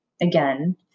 Again